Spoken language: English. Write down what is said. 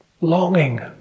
longing